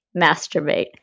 Masturbate